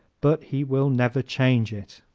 but he will never change it.